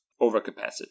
overcapacity